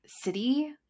city